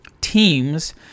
teams